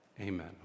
Amen